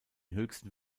höchsten